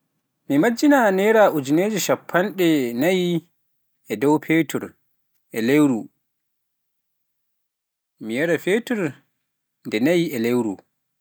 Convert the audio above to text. mi majjina naira ujinere shappande jeewenaayi e dow petur, e lewru, mi yaara petur nde naayi a lewru.